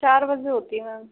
चार बजे होती है मैम